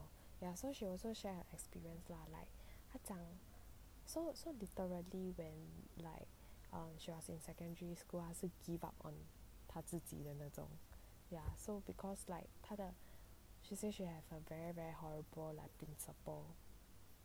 ya so she also share her experience lah 她讲 so so literally when like um she was in secondary school 她是 give up on 她自己的那种 ya so because like 她的 she say she have a very very horrible like principal